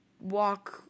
Walk